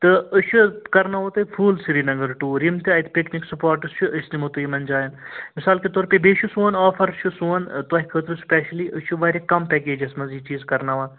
تہٕ أسۍ چھِ کرناوو تُہۍ فُل سرینگر ٹوٗر یِم تہِ اَتہِ پِکنِک سٕپاٹٕس چھِ أسۍ نِمو تُہۍ یِمن جاین مِثال کے طور پے بیٚیہِ چھِ سون آفر چھِ سون تۄہہِ خٲطٕرسِپیشلی أسۍ چھِ واریاہ کَم پٮ۪کیجَس منٛز یہِ چیٖز کرناوان